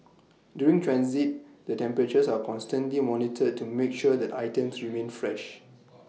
during transit their temperatures are constantly monitored to make sure that items remain fresh